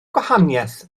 gwahaniaeth